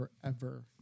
forever